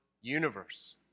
universe